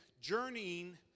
journeying